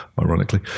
ironically